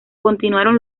continuaron